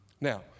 Now